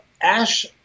Ash